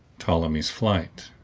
ptolemy's flight